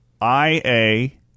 I-A